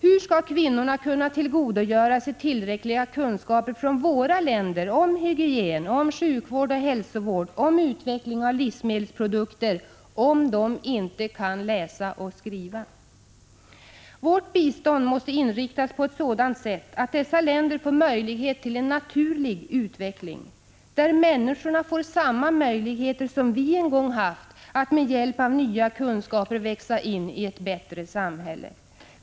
Hur skall kvinnorna kunna tillgodogöra sig tillräckliga kunskaper från våra länder om hygien, om sjukvård och hälsovård, om utveckling av livsmedelsprodukter, om de inte kan läsa och skriva? Vårt bistånd måste inriktas på ett sådant sätt att dessa länder får möjlighet till en naturlig utveckling, där människorna får samma möjlighet som vi en gång haft att med hjälp av kunskaper växa in i ett bättre samhälle.